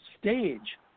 stage